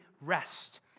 rest